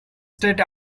straight